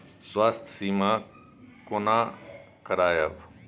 स्वास्थ्य सीमा कोना करायब?